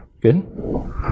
Good